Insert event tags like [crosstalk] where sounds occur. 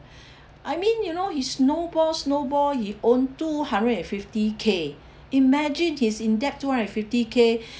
[breath] I mean you know he snowball snowball he own two hundred and fifty K imagine he's in debt two hundred and fifty K [breath]